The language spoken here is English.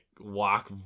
walk